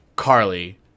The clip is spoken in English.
Carly